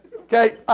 okay.